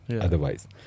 otherwise